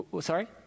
sorry